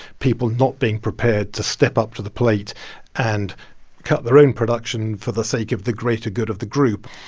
people not being prepared to step up to the plate and cut their own production for the sake of the greater good of the group.